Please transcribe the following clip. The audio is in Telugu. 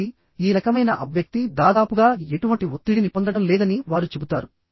కాబట్టి ఈ రకమైన AB వ్యక్తి దాదాపుగా ఎటువంటి ఒత్తిడిని పొందడం లేదని వారు చెబుతారు